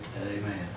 Amen